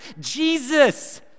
Jesus